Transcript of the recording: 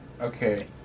Okay